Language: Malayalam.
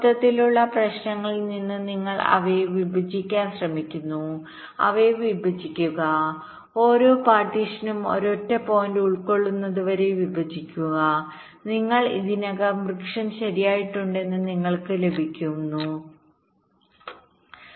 മൊത്തത്തിലുള്ള പ്രശ്നത്തിൽ നിന്ന് നിങ്ങൾ അവയെ വിഭജിക്കാൻ ശ്രമിക്കുന്നു അവയെ വിഭജിക്കുക ഓരോ പാർട്ടീഷനും ഒരൊറ്റ പോയിന്റ് ഉൾക്കൊള്ളുന്നതുവരെ വിഭജിക്കുക നിങ്ങൾ ഇതിനകം വൃക്ഷം ശരിയാക്കിയിട്ടുണ്ടെന്ന് നിങ്ങൾക്ക് ലഭിക്കുമ്പോൾ